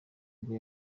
bwo